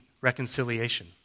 reconciliation